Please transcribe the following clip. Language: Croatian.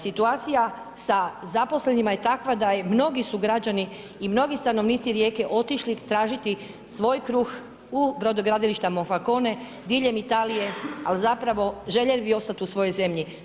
Situacija sa zaposlenima je takva da je mnogi su građani i mnogi stanovnici Rijeke otišli tražiti svoj kruh u brodogradilište Monfalcone, diljem Italije ali zapravo željeli bi ostati u svojoj zemlji.